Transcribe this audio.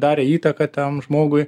darė įtaką tam žmogui